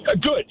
Good